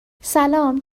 سلام